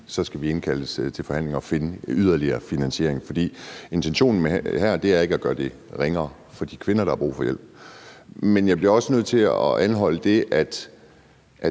så skal vi indkaldes til forhandlinger og finde yderligere finansiering. For intentionen med det her er ikke at gøre det ringere for de kvinder, der har brug for hjælp. Men jeg bliver også nødt til at anholde det, at